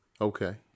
Okay